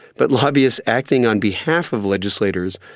but lobbyists acting on behalf of legislators,